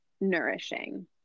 nourishing